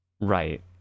Right